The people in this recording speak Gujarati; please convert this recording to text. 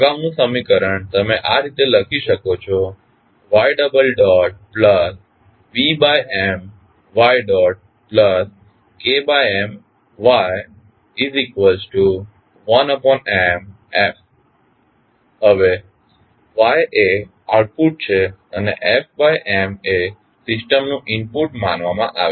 તો અગાઉનું સમીકરણ તમે આ રીતે લખી શકો છો ytBMytKMyt1Mft હવે yt એ આઉટપુટ છે અને fMએ સિસ્ટમનું ઇનપુટ માનવામાં આવે છે